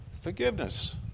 Forgiveness